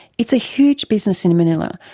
it's a huge business in manila,